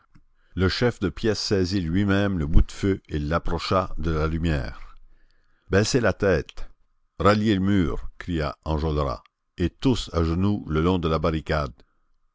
le chef de pièce saisit lui-même le boutefeu et l'approcha de la lumière baissez la tête ralliez le mur cria enjolras et tous à genoux le long de la barricade